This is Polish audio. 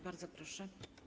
Bardzo proszę.